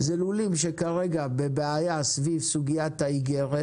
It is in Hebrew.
לולים שכרגע בבעיה סביב סוגיית האיגרת